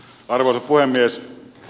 arvoisa puhemies